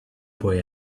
boy